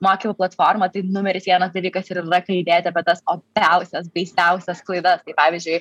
mokymų platformą tai numeris vienas dalykas ir yra kalbėti apie tas opiausias baisiausias klaidas kaip pavyzdžiui